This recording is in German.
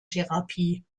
therapie